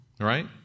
Right